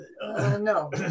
no